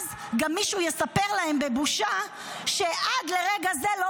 ואז גם מישהו יספר להן בבושה שעד לרגע זה לא